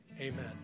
Amen